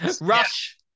rush